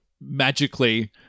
magically